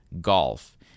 golf